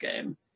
game